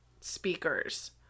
speakers